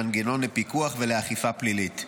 מנגנון לפיקוח ולאכיפה פלילית,